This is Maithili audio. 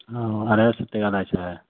हाँ अढ़ाइ सए टका लागै छै